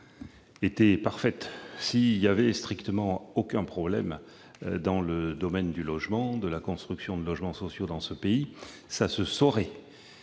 étaient parfaites, s'il n'existait strictement aucun problème dans le domaine du logement, de la construction de logements sociaux dans ce pays, ça se saurait